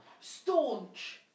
Staunch